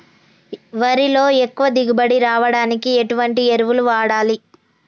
వరిలో ఎక్కువ దిగుబడి రావడానికి ఎటువంటి ఎరువులు వాడాలి?